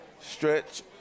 stretch